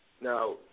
Now